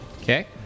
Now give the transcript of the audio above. Okay